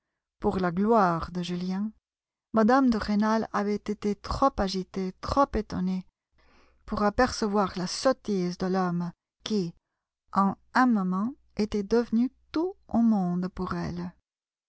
pour la gloire de julien mme de rênal avait été trop agitée trop étonnée pour apercevoir la sottise de l'homme qui en un moment était devenu tout au monde pour elle